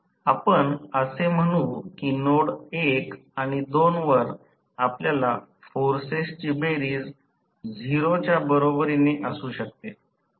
आपण असे म्हणू की नोड 1 आणि 2 वर आपल्या फोर्सेसची बेरीज 0 च्या बरोबरीने असू शकते